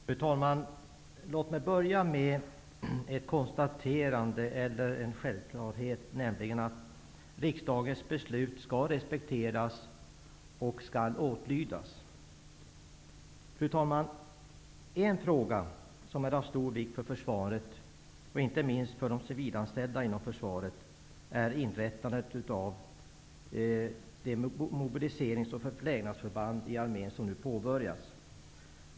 Fru talman! Låt mig börja med ett konstaterande av en självklarhet, nämligen att riksdagens beslut skall respekteras och åtlydas. Fru talman! En fråga som är av stor vikt för försvaret, inte minst för de civilanställda inom försvaret, är inrättandet av de mobiliserings och förplägnadsförband i armén som nu har påbörjats.